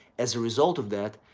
as a result of that,